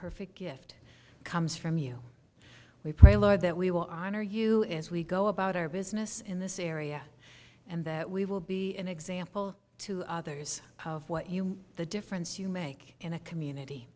perfect gift comes from you we pray lord that we will honor you as we go about our business in this area and that we will be an example to others of what you the difference you make in a community